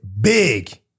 big